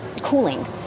cooling